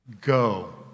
go